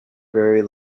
very